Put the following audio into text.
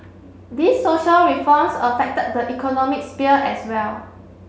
these social reforms affected the economic sphere as well